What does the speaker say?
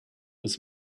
was